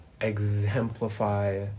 exemplify